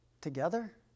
together